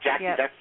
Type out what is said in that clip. Jackie